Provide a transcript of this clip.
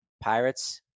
Pirates